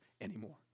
anymore